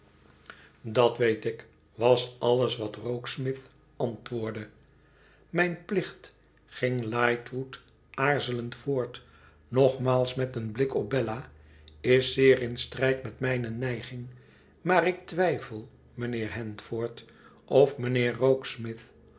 tdat weet ik was alles wat rokesmith antwoordde tmijn plichtj gin lightwood aarzelend voort nogmaals meteen blik op bella is zeer m strijd met mijne neiging maar ik twijfel mijnheer handford of mijnheer